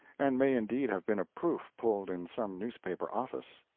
and may indeed have been a proof pulled in some newspaper office.